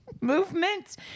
movement